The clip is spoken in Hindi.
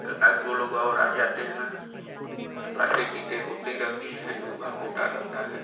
एकाध दो लोग और आ जाते हैं बातें चीतें होती रहती हैं योगा होता रहता है